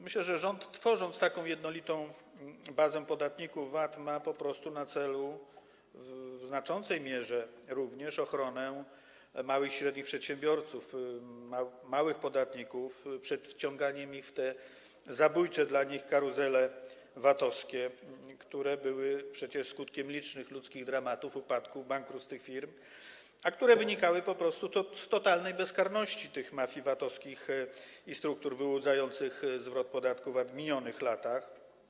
Myślę, że rząd, tworząc jednolitą bazę podatników VAT, ma po prostu na celu w znaczącej mierze również ochronę małych i średnich przedsiębiorców, małych podatników przed wciąganiem ich w te zabójcze dla nich karuzele VAT-owskie, których skutkiem były przecież liczne ludzkie dramaty, upadki, bankructwa tych firm, a które wynikały po prostu z totalnej bezkarności mafii VAT-owskich i struktur wyłudzających zwrot podatku VAT w minionych latach.